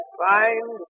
find